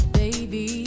baby